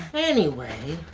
anyway.